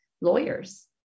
lawyers